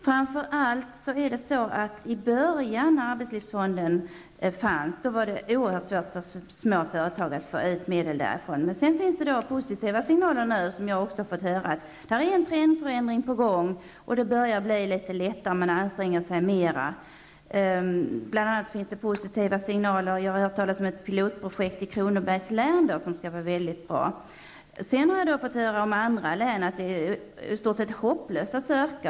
Framför allt i början, sedan arbetslivsfonden hade inrättats, var det oerhört svårt för små företag att få ut medel därifrån. Men det finns nu positiva signaler som jag också har fått höra. En trendförändring är på gång, och det börjar bli litet lättare. Man anstränger sig mera. Bl.a. har jag hört talas om ett pilotprojekt i Kronobergs län som skall vara väldigt bra. Från andra län har jag fått höra att det är i stort sett hopplöst att söka.